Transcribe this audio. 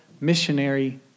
missionary